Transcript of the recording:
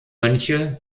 mönche